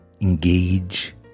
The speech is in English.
Engage